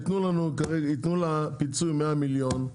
ייתנו פיצוי מאה מיליון.